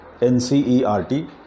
NCERT